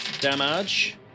Damage